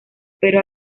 pero